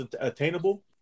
attainable